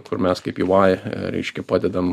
kur mes kaip ey reiškia padedam